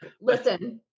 listen